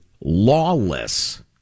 lawless